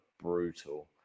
brutal